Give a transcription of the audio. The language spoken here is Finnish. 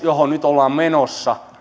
johon nyt ollaan menossa